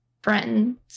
friends